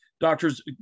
Doctors